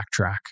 backtrack